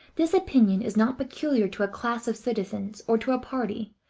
this opinion is not peculiar to a class of citizens or to a party,